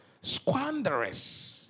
Squanders